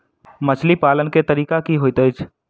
मछली पालन केँ तरीका की होइत अछि?